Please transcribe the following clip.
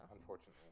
Unfortunately